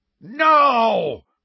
No